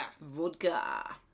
Vodka